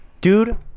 Dude